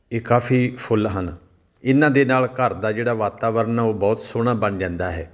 ਇਹ ਕਾਫੀ ਫੁੱਲ ਹਨ ਇਹਨਾਂ ਦੇ ਨਾਲ ਘਰ ਦਾ ਜਿਹੜਾ ਵਾਤਾਵਰਨ ਆ ਉਹ ਬਹੁਤ ਸੋਹਣਾ ਬਣ ਜਾਂਦਾ ਹੈ